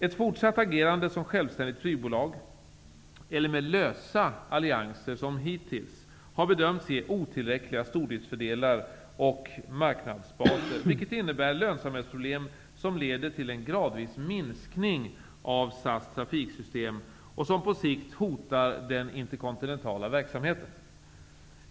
Ett fortsatt agerande som självständigt flygbolag, eller med lösa allianser som hittills, har bedömts ge otillräckliga stordriftsfördelar och marknadsbaser, vilket innebär lönsamhetsproblem som leder till en gradvis minskning av SAS trafiksystem och som på sikt hotar den interkontinentala verksamheten.